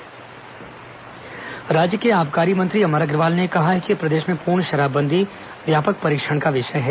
विधानसभा समाचार शराब बंदी राज्य के आबकारी मंत्री अमर अग्रवाल ने कहा है कि प्रदेश में पूर्ण शराब बंदी व्यापक परीक्षण का विषय है